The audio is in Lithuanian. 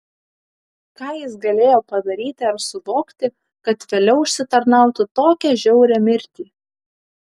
ką jis galėjo padaryti ar suvokti kad vėliau užsitarnautų tokią žiaurią mirtį